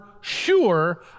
sure